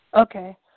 Okay